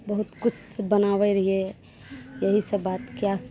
बहुत किछु बनाबै रहियै एहि सब बात किआ